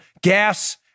gas